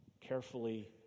carefully